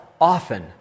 often